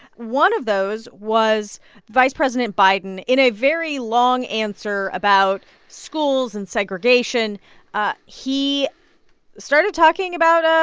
one of those was vice president biden, in a very long answer about schools and segregation ah he started talking about